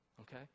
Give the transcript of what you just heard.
okay